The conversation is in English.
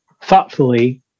thoughtfully